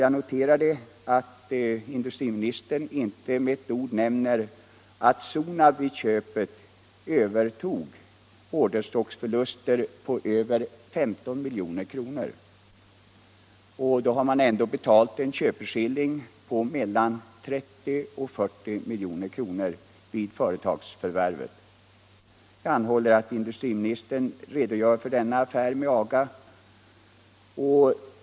Jag noterade att industriministern inte med ett ord nämnde att Sonab vid köpet övertog orderstocksförluster på över 15 milj.kr. Och då betalade man ändå en köpeskilling på mellan 30 och 40 milj.kr. vid företagsförvärvet. Jag anhåller att industriministern redogör för affären med AGA.